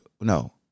No